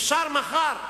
אפשר מחר,